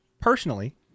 personally